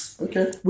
Okay